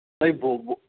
नहीं वह वह